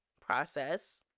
process